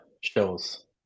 shows